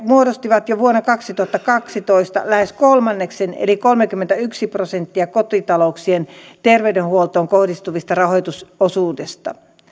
muodostivat jo vuonna kaksituhattakaksitoista lähes kolmanneksen eli kolmekymmentäyksi prosenttia kotitalouksien terveydenhuoltoon kohdistuvasta rahoitusosuudesta